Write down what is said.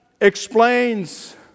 explains